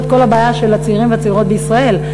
את כל הבעיה של הצעירים והצעירות בישראל.